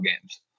games